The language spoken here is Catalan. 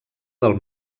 del